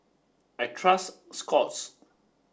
I trust Scott's